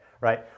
right